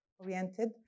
Oriented